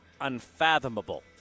unfathomable